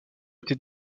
était